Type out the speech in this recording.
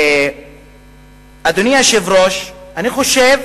אדוני היושב-ראש, אני חושב